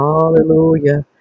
Hallelujah